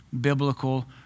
biblical